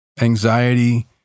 Anxiety